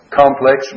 complex